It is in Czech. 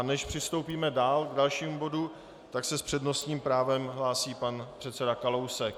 Než přistoupíme k dalšímu bodu, tak se s přednostním právem hlásí pan předseda Kalousek.